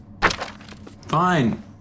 Fine